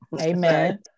Amen